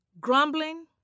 grumbling